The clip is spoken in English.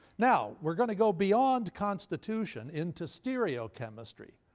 now, we're going to go beyond constitution into stereochemistry.